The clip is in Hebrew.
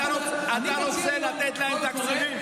אתה רוצה לתת להם תקציבים?